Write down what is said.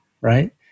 right